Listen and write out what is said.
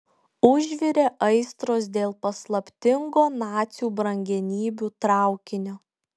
užvirė aistros dėl paslaptingo nacių brangenybių traukinio